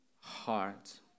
heart